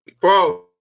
bro